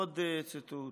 עוד ציטוט: